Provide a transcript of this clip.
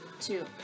two